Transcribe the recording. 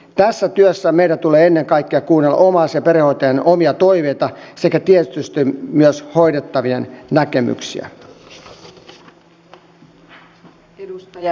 tässä työssä meidän tulee ennen kaikkea kuunnella omais ja perhehoitajien omia toiveita sekä tietysti myös hoidettavien näkemyksiä